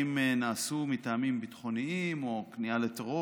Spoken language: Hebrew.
נעשו מטעמים ביטחוניים או כניעה לטרור